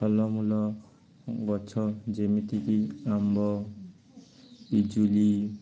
ଫଳମୂଳ ଗଛ ଯେମିତିକି ଆମ୍ବ ପିଜୁଳି